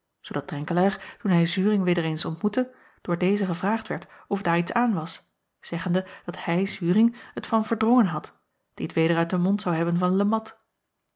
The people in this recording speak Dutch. toen hij uring weder eens ontmoette door dezen gevraagd werd of daar iets aan was zeggende dat hij uring t van erdrongen had die t weder uit den mond zou hebben van e at